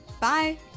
bye